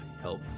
help